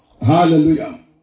Hallelujah